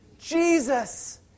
Jesus